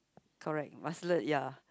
correct must alert ya